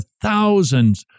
thousands